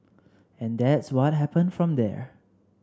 and that's what happened from there